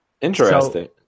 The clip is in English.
Interesting